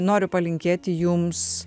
noriu palinkėti jums